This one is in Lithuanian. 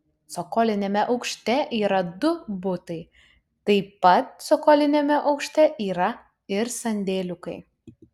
cokoliniame aukšte yra du butai taip pat cokoliniame aukšte yra ir sandėliukai